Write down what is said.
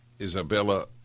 Isabella